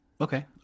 Okay